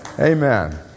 Amen